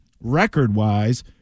record-wise